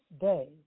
day